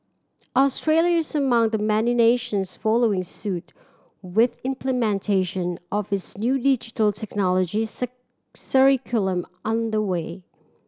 Australia is among the many nations following suit with implementation of its new Digital Technologies curriculum under way